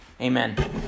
Amen